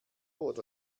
oder